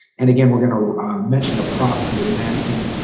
and again, we're going to mention a prop for your mannequin